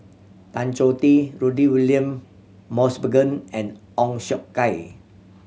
Tan Choh Tee Rudy William Mosbergen and Ong Siong Kai